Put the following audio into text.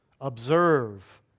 observe